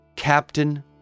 captain